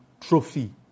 trophy